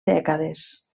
dècades